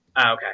okay